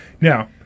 Now